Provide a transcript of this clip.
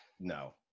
No